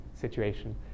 situation